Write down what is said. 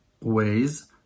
ways